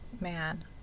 Man